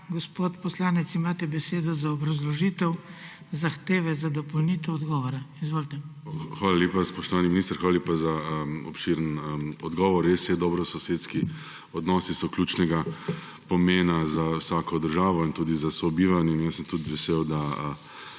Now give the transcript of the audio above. Gospod poslanec, imate besedo za obrazložitev zahteve za dopolnitev odgovora. Izvolite. **MAG. ANDREJ RAJH (PS SAB):** Hvala lepa, spoštovani minister, za obširen odgovor. Saj dobrososedski odnosi so ključnega pomena za vsako državo in tudi za sobivanje. Jaz sem tudi vesel, da